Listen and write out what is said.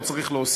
לא צריך להוסיף,